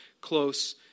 close